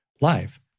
life